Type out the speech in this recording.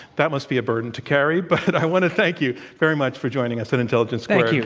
that must be a burden to carry, but i want to thank you very much for joining us at intelligence squared.